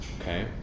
okay